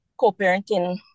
co-parenting